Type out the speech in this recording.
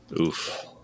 Oof